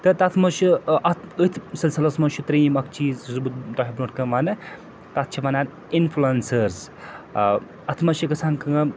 تہٕ تَتھ منٛز چھُ ٲں اَتھ أتھۍ سِلسِلَس منٛز چھُ ترٛیٚیِم اَکھ چیٖز یُس بہٕ تۄہہِ برٛونٛٹھ کٔنۍ وَنہٕ تَتھ چھِ وَنان اِنفٕلَنسٲرٕس ٲں اَتھ منٛز چھِ گژھان کٲم